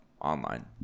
online